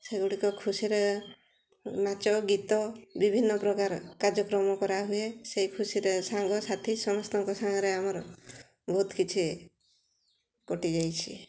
ସେଗୁଡ଼ିକ ଖୁସିରେ ନାଚ ଗୀତ ବିଭିନ୍ନପ୍ରକାର କାର୍ଯ୍ୟକ୍ରମ କରାହୁଏ ସେହି ଖୁସିରେ ସାଙ୍ଗସାଥି ସମସ୍ତଙ୍କ ସାଙ୍ଗରେ ଆମର ବହୁତ କିଛି କଟିଯାଇଛି